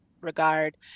regard